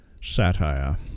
satire